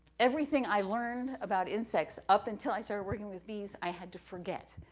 everything i learned about insects up until i started working with bees i had to forget,